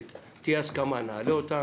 תהיה הסכמה נעלה אותה.